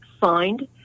signed